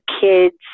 kids